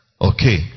okay